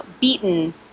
beaten